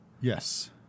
Yes